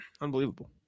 Unbelievable